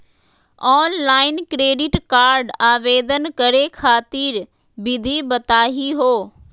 Online credit card आवेदन करे खातिर विधि बताही हो?